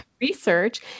research